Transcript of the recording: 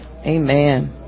Amen